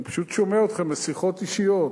אני פשוט שומע אתכם בשיחות אישיות,